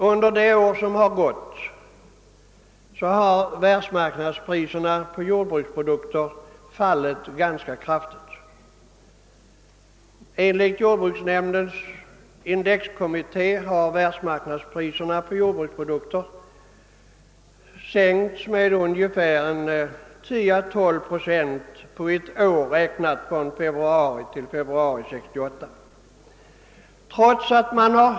Under det år som gått har världsmarknadspriserna på jordbruksprodukter fallit ganska kraftigt. Enligt jordbruksnämndens indexkommitté «har världsmarknadspriserna på jordbruksprodukter sänkts med 10 å 12 procent under ett år räknat från februari 1967 till februari 1968.